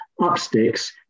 upsticks